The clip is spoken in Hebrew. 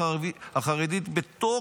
החברה החרדית בתוך,